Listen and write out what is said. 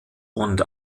und